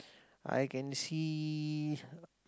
I can see